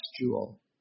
jewel